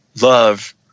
Love